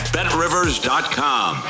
BetRivers.com